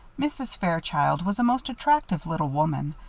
mrs. fairchild was a most attractive little woman.